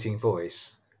voice